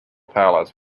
palace